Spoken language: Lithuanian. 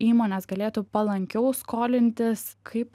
įmonės galėtų palankiau skolintis kaip